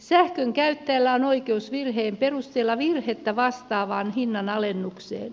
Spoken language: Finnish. sähkönkäyttäjällä on oikeus virheen perusteella virhettä vastaavaan hinnanalennukseen